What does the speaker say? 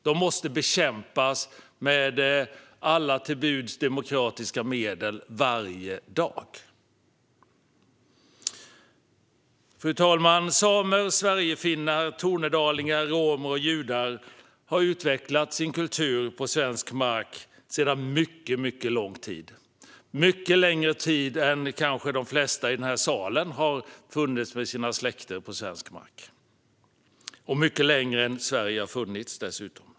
De måste bekämpas med alla till buds stående demokratiska medel varje dag. Fru talman! Samer, sverigefinnar, tornedalingar, romer och judar har utvecklat sin kultur på svensk mark sedan mycket lång tid - kanske mycket längre än de flesta i den här salen har haft sin släkt på svensk mark och mycket längre än Sverige har funnits.